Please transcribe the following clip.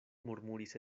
murmuris